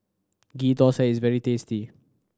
Ghee Thosai is very tasty